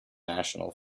national